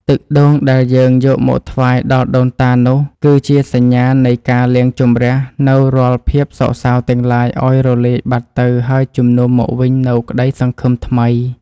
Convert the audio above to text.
ទឹកដូងដែលយើងយកមកថ្វាយដល់ដូនតានោះ គឺជាសញ្ញានៃការលាងជម្រះនូវរាល់ភាពសោកសៅទាំងឡាយឱ្យរលាយបាត់ទៅហើយជំនួសមកវិញនូវក្តីសង្ឃឹមថ្មី។